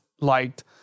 liked